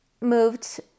moved